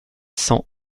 cents